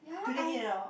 today in and out ah